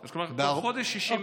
כלומר בתוך חודש 60,000 כמעט.